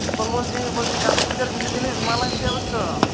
উৎপল বলছি বলছি কালী পুজোর কিছু জিনিস মাল আনতে হবে তো